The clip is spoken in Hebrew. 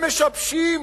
הם משבשים